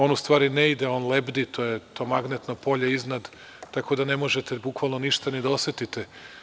On u stvari ne ide, on lebdi, to je to magnetno polje iznad, tako da ne možete bukvalno ništa ni da osetite.